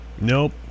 Nope